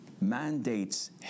mandates